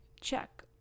check